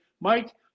Mike